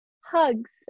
hugs